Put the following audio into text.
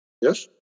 yes